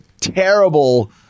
terrible